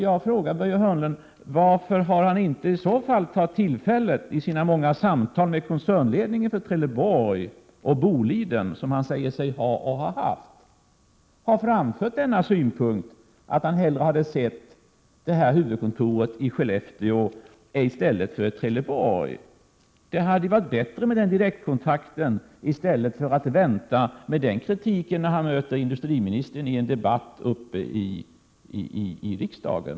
Varför har inte Börje Hörnlund tagit tillfället i akt att i sina samtal — som han säger sig ha haft — med koncernledningen för Trelleborg/Boliden framföra synpunkten att han hellre hade sett att huvudkontoret hade flyttats till Skellefteå än till Trelleborg. Det hade varit bättre med den direktkontakten i stället för att vänta med kritiken tills han möter industriministern i en debatt i riksdagen.